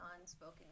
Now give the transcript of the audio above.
unspoken